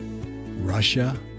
Russia